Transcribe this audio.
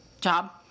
job